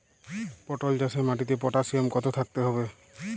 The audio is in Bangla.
পটল চাষে মাটিতে পটাশিয়াম কত থাকতে হবে?